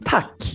Tack